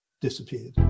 disappeared